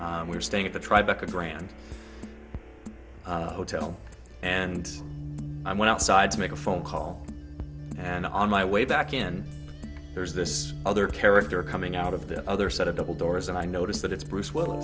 changed we were staying at the tribe a grand hotel and i went outside to make a phone call and on my way back in there's this other character coming out of the other set of double doors and i notice that it's bruce willis